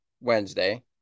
Wednesday